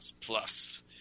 plus